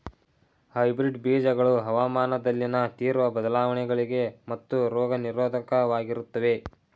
hybrid ಬೀಜಗಳು ಹವಾಮಾನದಲ್ಲಿನ ತೀವ್ರ ಬದಲಾವಣೆಗಳಿಗೆ ಮತ್ತು ರೋಗ ನಿರೋಧಕವಾಗಿರುತ್ತವೆ